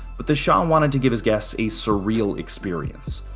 but the shah and wanted to give his guests a surreal experience.